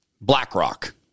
BlackRock